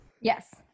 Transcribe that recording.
Yes